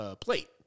plate